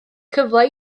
cyfle